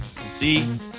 See